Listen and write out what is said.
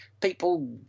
people